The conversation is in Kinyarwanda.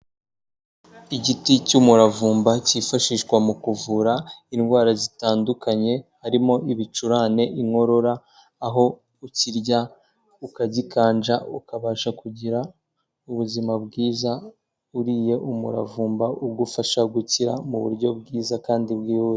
Igiti cy'umuravumba cyifashishwa mu kuvura indwara zitandukanye, harimo ibicurane, inkorora, aho ukirya, ukagikanja ukabasha kugira ubuzima bwiza, uriye umuravumba ugufasha gukira mu buryo bwiza kandi bwihuse.